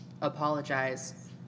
apologize